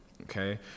okay